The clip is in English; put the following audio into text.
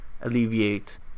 alleviate